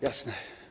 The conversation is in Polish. Jasne.